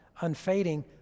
unfading